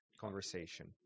conversation